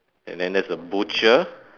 and then there's a butcher